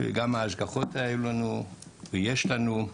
היו לנו השגחות ועדיין יש לנו.